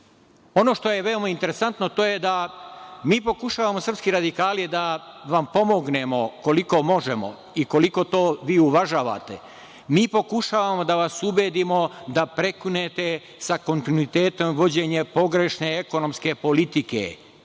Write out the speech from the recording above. što je veoma interesantno to je da mi pokušavamo, srpski radikali, da vam pomognemo koliko možemo i koliko to vi uvažavate. Mi pokušavamo da vas ubedimo da prekinete sa kontinuitetom vođenja pogrešne ekonomske politike. Jedan